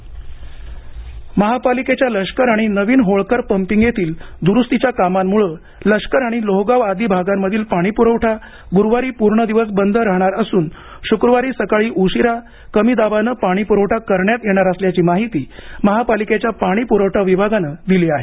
पाणी प्रवठा बंद महापालिकेच्या लष्कर आणि नवीन होळकर पंपिंग येथील द्रुस्तीच्या कामांमुळे लष्कर आणि लोहगाव आदी भागांमधील पाणीपुरवठा गुरुवारी पूर्ण दिवस बंद राहणार असून शुक्रवारी सकाळी उशिरा कमी दाबाने पाणी पुरवठा करण्यात येणार असल्याची माहिती महापालिकेच्या पाणी पुरवठा विभागाने दिली आहे